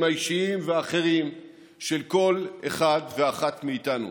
האישיים והאחרים של כל אחד ואחת מאיתנו,